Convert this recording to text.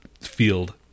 field